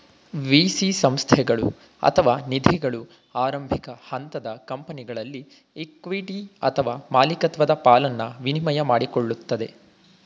VC ಸಂಸ್ಥೆಗಳು ಅಥವಾ ನಿಧಿಗಳು ಆರಂಭಿಕ ಹಂತದ ಕಂಪನಿಗಳಲ್ಲಿ ಇಕ್ವಿಟಿ ಅಥವಾ ಮಾಲಿಕತ್ವದ ಪಾಲನ್ನ ವಿನಿಮಯ ಮಾಡಿಕೊಳ್ಳುತ್ತದೆ